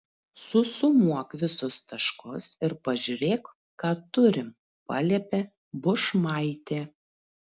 susumuok visus taškus ir pažiūrėk ką turim paliepė bušmaitė